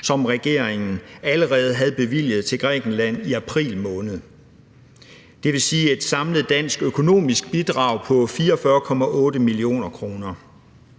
som regeringen allerede havde bevilget til Grækenland i april måned – dvs. et samlet dansk økonomisk bidrag på 44,8 mio. kr.